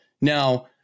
Now